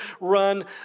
run